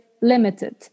limited